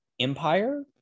empire